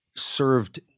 Served